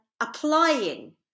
applying